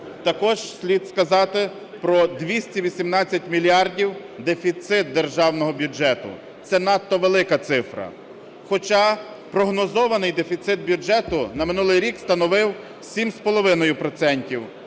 Також слід сказати про 218 мільярдів дефіцит державного бюджету, це надто велика цифра. Хоча прогнозований дефіцит бюджету на минулий рік становив 7,5